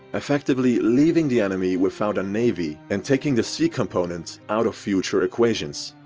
effectively leaving the enemy without a navy and taking the sea component out of future equations.